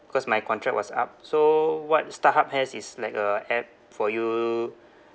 because my contract was up so what starhub has is like a app for you